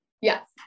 Yes